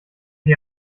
die